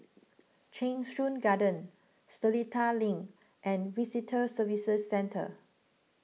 Cheng Soon Garden Seletar Link and Visitor Services Centre